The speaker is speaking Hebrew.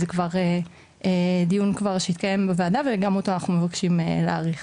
זה דיון שכבר התקיים בוועדה וגם אותו אנחנו מבקשים להאריך.